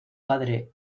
padre